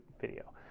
video